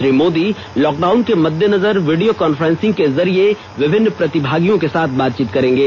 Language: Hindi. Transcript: श्री मोदी लॉकडाउन के मद्देनजर वीडियो कॉन्फ्रेंस के जरिए विभिन्न प्रतिभागियों के साथ बातचीत करेंगे